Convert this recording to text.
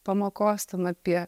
pamokos ten apie